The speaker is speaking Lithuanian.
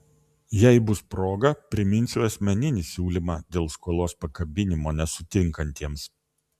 jei bus proga priminsiu asmeninį siūlymą dėl skolos pakabinimo nesutinkantiems